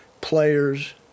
players